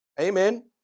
Amen